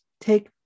take